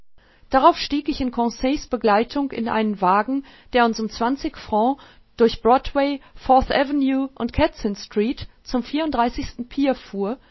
darauf stieg ich in conseil's begleitung in einen wagen der uns um zwanzig francs durch broadway fourth avenue und katsin street zum vierunddreißigsten pier fuhr